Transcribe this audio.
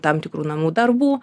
tam tikrų namų darbų